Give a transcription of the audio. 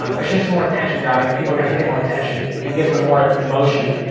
um it's just some more attention grabbing, people are gonna pay more attention. and it gives them more emotion.